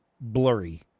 blurry